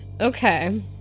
Okay